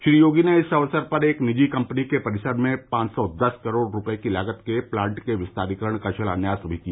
श्री योगी इस अवसर पर एक निजी कम्पनी के परिसर में पांच सौ दस करोड़ रूपये की लागत केप्लांट के विस्तारिकरण का शिलान्यास भी किया